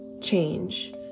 change